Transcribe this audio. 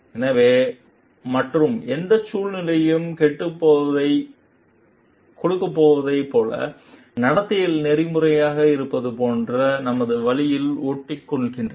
எனவே மற்றும் எந்த சூழ்நிலையிலும் கொடுக்கப்பட்டதைப் போல நடத்தையில் நெறிமுறையாக இருப்பது போன்ற நமது வழியில் ஒட்டிக்கொள்கின்றன